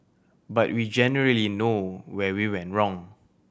but we generally know where we went wrong